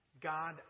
God